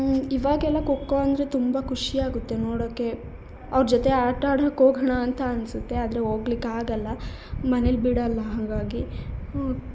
ಇವಾಗೆಲ್ಲ ಖೋಖೋ ಅಂದರೆ ತುಂಬ ಖುಷಿ ಆಗುತ್ತೆ ನೋಡೋಕ್ಕೆ ಅವ್ರ ಜೊತೆ ಆಟ ಆಡಕ್ಕೆ ಹೋಗಣ ಅಂತ ಅನ್ಸುತ್ತೆ ಆದರೆ ಹೋಗ್ಲಿಕ್ ಆಗಲ್ಲ ಮನೇಲಿ ಬಿಡಲ್ಲ ಹಾಗಾಗಿ